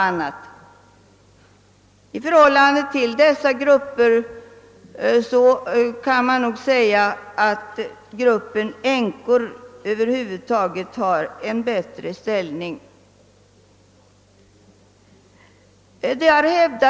Man kan nog säga, att gruppen änkor har en bättre ställning än dessa andra grupper.